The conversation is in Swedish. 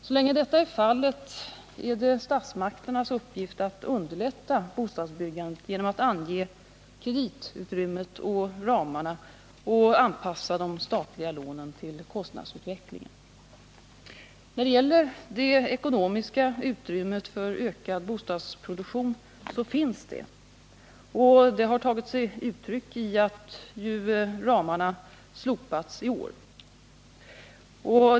Så länge detta är fallet, är det statsmakternas uppgift att underlätta bostadsbyggandet genom att ange kreditutrymmet och kreditramarna och anpassa de statliga lånen till kostnadsutvecklingen. Det finns ekonomiskt utrymme för en ökad bostadsproduktion. Det har tagit sig uttryck i att ramarna i år slopats.